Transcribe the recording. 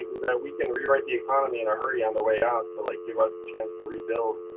is that we can rewrite the economy in our hurry on the way out to, like, give us a chance to rebuild.